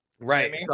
Right